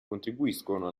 contribuiscono